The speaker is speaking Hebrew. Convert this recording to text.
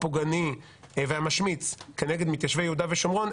הפוגעני והמשמיץ כנגד מתיישבי יהודה ושומרון,